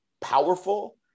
powerful